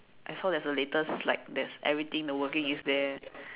I saw there is the latest like there's everything the working is there